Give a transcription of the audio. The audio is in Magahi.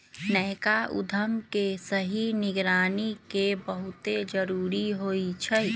नयका उद्यम के सही निगरानी के बहुते जरूरी होइ छइ